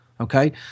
Okay